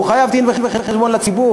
והוא חייב דין-וחשבון לציבור.